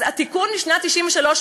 אז התיקון משנת 1993,